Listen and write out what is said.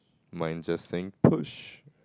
mine's just saying push